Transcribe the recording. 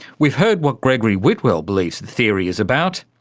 we've heard what gregory whitwell believes the theory is about.